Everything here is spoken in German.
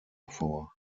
vor